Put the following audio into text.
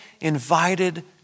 invited